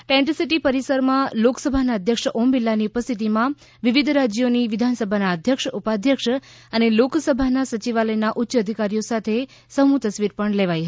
tent city પરિસરમાં લોકસભાના અધ્યક્ષ ઓમ બિરલાની ઉપસ્થિતિમાં વિવિધ રાજ્યોની વિધાનસભાના અધ્યક્ષ ઉપાધ્યક્ષ અને લોકસભાના સચિવાલયના ઉચ્ચ અધિકારીઓ સાથે સમૂહ તસવીર પણ લેવાઈ હતી